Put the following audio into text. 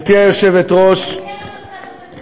גברתי היושבת-ראש, בוגר המרכז הבין-תחומי,